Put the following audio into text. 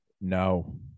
No